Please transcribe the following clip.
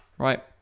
Right